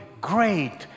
Great